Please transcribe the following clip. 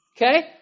Okay